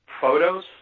photos